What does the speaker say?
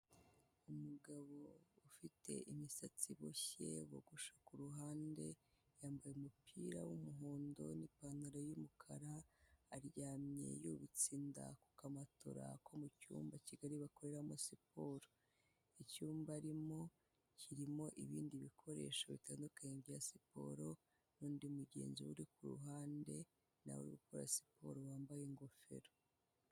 Umugabo ufite imisatsi iboshye bogosha ku ruhande, yambaye umupira w'umuhondo n'ipantaro y'umukara, aryamye yubitse inda ku kamatora ko mu cyumba kigari bakoreramo siporo. Icyumba arimo kirimo ibindi bikoresho bitandukanye bya siporo, n'undi mugenzi we uri ku ruhande, na we uri gukora siporo wambaye ingofero.